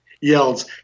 yells